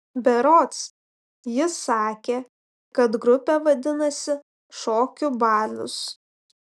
berods ji sakė kad grupė vadinasi šokių balius